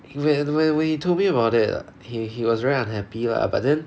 whe~ when when he told me about it he he was very unhappy lah but then